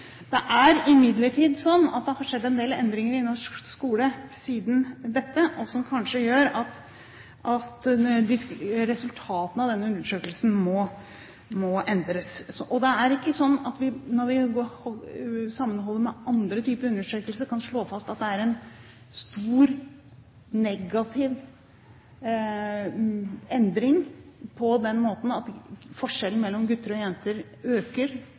Det har imidlertid skjedd en del endringer i norsk skole siden dette som kanskje gjør at resultatene av denne undersøkelsen må endres. Det er ikke slik at vi, når vi sammenholder med andre typer undersøkelser, kan slå fast at det er en stor negativ endring på den måten at forskjellen mellom gutter og jenter